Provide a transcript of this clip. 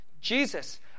Jesus